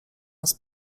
nas